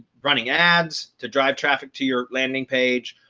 running ads to drive traffic to your landing page.